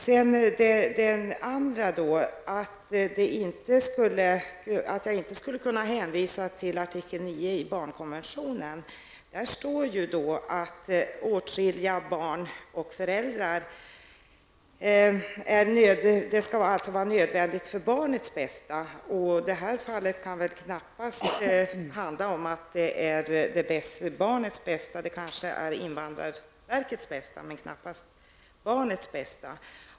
Statsrådet anförde vidare att jag inte skulle kunna hänvisa till artikel 9 i barnkonventionen. I den talas det om vad som är nödvändigt för barnets bästa, och i det här fallet kan det väl knappast vara fråga om vad som är bäst för barnet. Det är kanske fråga om invandrarverkets bästa, men knappast om barnets bästa.